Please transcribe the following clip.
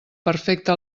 perfecta